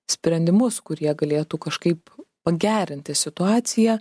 sprendimus kurie galėtų kažkaip pagerinti situaciją